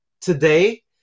today